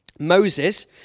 Moses